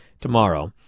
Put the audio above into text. tomorrow